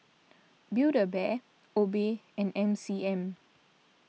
Build A Bear Obey and M C M